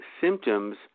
symptoms